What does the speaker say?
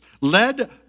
led